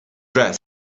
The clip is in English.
dressed